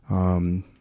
um,